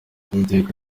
uwiteka